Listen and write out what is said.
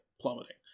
plummeting